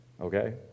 okay